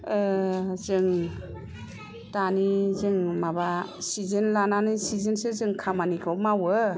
ओह जों दानि जों माबा सिजेन लानानै सिजेनसो जों खामानिखौ मावो